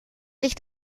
sich